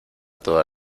toda